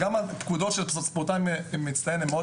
גם הפקודות של אותו ספורטאי מצטיין הן מאוד